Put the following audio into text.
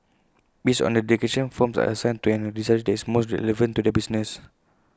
based on their declarations firms are assigned to an industry that is most relevant to their business